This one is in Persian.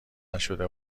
نشده